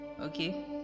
Okay